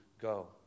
go